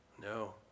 No